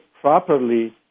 properly